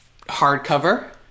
hardcover